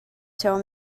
tell